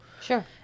sure